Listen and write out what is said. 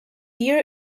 year